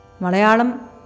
Malayalam